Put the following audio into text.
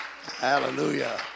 Hallelujah